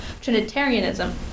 Trinitarianism